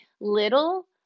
little